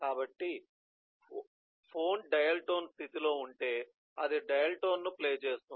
కాబట్టి phone dial tone స్థితిలో ఉంటే అది డయల్ టోన్ను ప్లే చేస్తుంది